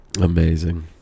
amazing